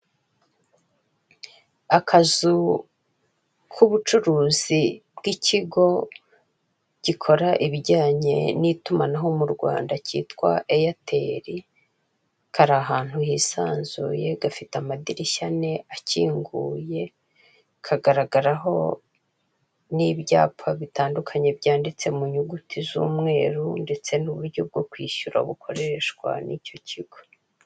Akazu k'ubucuruzi bw'ikigo gikora ibijyanye n'itumanaho mu Rwanda kitwa eyateli kari ahantu hisanzuye gafite amadirishya ane akinguye kagaragaraho n'ibyapa bitandukanye kanditse mu nyuguti zanditse z'umweru ndetse n'uburyo bwo kwishura bukoreshwa n'icyo kigo.